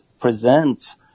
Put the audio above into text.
present